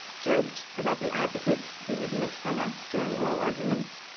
joked about the advocates who would mix them up during oral arguments,